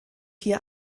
hier